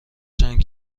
چند